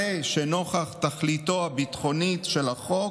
הרי שנוכח תכליתו הביטחונית של החוק,